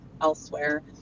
elsewhere